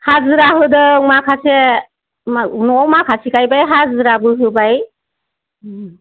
हाजिरा होदों माखासे न'आव माखासे गायबाय हाजिराबो होबाय